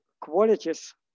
qualities